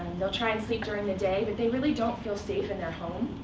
they'll try and sleep during the day. but they really don't feel safe in their home,